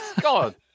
god